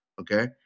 okay